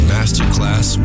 Masterclass